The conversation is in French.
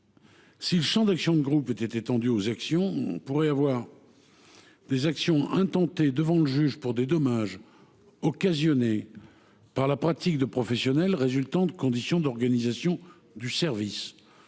si le champ de l’action de groupe était étendu, on pourrait voir de telles procédures intentées devant le juge pour des dommages occasionnés par la pratique de professionnels résultant de conditions d’organisation du service